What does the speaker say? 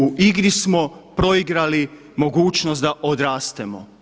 U igri smo proigrali mogućnost da odrastemo.